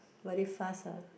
very fast ah